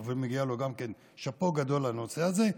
ומגיע לו גם כן שאפו גדול לנושא הזה,